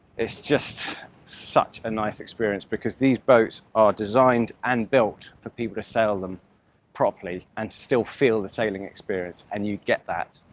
it's just such a nice experience, because these boats are designed and built for people to sail them properly and still feel the sailing experience, and you get that,